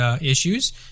issues